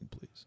please